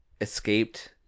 escaped